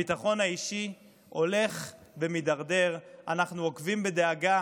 הביטחון האישי הולך ומידרדר, אנחנו עוקבים בדאגה